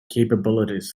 capabilities